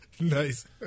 Nice